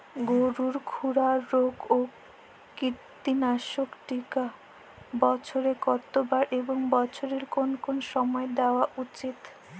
গরুর খুরা রোগ ও কৃমিনাশক টিকা বছরে কতবার এবং বছরের কোন কোন সময় দেওয়া উচিৎ?